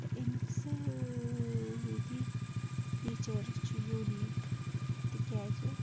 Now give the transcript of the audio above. تہٕ اَمِکۍ سٲری فیٖچٲرٕس چھِ یوٗنیٖک تِکیٛازِ